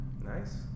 Nice